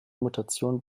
mutation